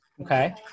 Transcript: Okay